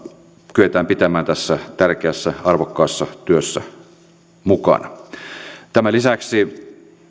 kyetään pitämään tässä tärkeässä arvokkaassa työssä mukana tämän lisäksi